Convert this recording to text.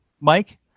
Mike